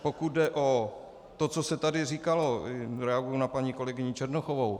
Pokud jde o to, co se tady říkalo, reaguji na paní kolegyni Černochovou.